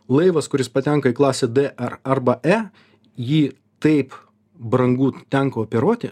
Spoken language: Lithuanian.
laivas kuris patenka į klasę d ar arba e jį taip brangu tenka operuoti